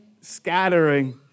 scattering